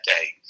day